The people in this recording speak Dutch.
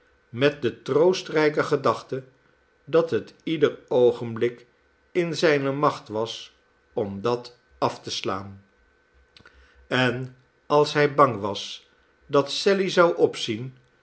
met de troostrijke gedachte dat het ieder oogenblik in zijne macht was om dat af te slaan en als hij bang was dat sally zou opzien